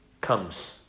comes